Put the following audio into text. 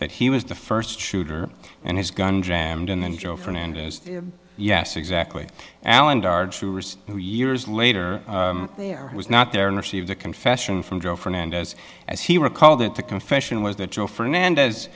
that he was the first shooter and his gun jammed and then joe fernandez yes exactly alan who years later there was not there and received a confession from joe fernandez as he recalled it to confession was that joe fernandez